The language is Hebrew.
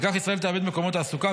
וכך ישראל תאבד מקומות תעסוקה,